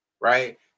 Right